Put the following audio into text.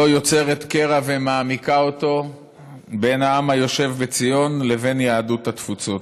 לא יוצרת קרע ומעמיקה אותו בין העם היושב בציון לבין יהדות התפוצות.